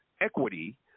equity